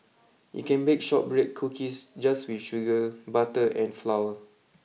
you can bake shortbread cookies just with sugar butter and flour